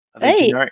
hey